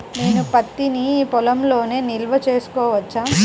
నేను పత్తి నీ పొలంలోనే నిల్వ చేసుకోవచ్చా?